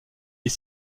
est